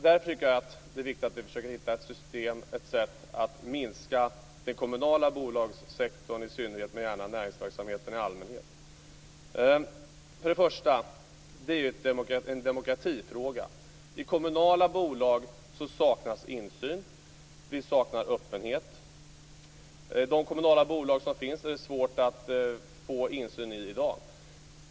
Därför tycker jag att det är viktigt att vi försöker hitta ett sätt att minska den kommunala bolagssektorn i synnerhet, men gärna näringsverksamheten i allmänhet också. Det är en demokratifråga. I kommunala bolag saknas insyn. Vi saknar öppenhet. Det är svårt att få insyn i de kommunala bolag som finns i dag.